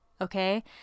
Okay